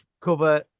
cover